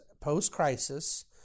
post-crisis